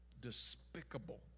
despicable